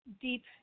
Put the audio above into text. deep